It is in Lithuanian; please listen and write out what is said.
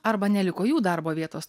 arba neliko jų darbo vietos